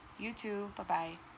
you too bye bye